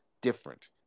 different